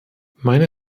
meine